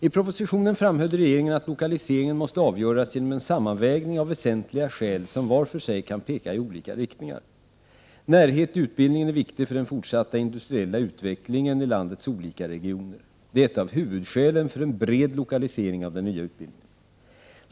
I propositionen framhöll regeringen att lokaliseringen måste avgöras genom en sammanvägning av väsentliga skäl, som var för sig kan peka i olika riktning. Närhet till utbildningen är viktig för den fortsatta industriella utvecklingen i landets olika regioner. Detta är ett av huvudskälen för en bred lokalisering av den nya utbildningen.